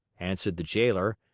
answered the jailer.